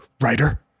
writer